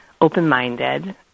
open-minded